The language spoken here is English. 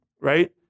right